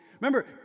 Remember